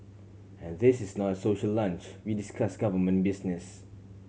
and this is not a social lunch we discuss government business